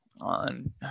on